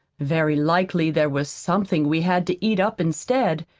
very likely there was something we had to eat up instead,